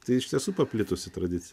tai iš tiesų paplitusi tradicija